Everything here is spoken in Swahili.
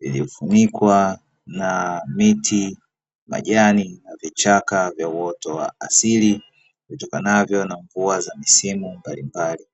iliyofunukwa na miti, majani na vichaka vya uoto wa asili vitokanavyo na mvua za misimu mbalimbali.